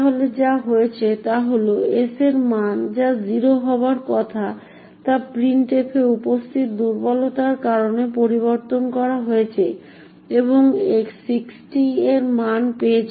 তাহলে যা হয়েছে তা হল যে s এর মান যা 0 হওয়ার কথা তা printf এ উপস্থিত দুর্বলতার কারণে পরিবর্তন করা হয়েছে এবং 60 এর মান পেয়েছে